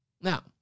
Now